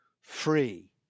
free